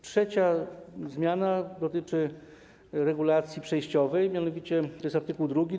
Trzecia zmiana dotyczy regulacji przejściowej, mianowicie jest art. 2: